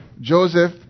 Joseph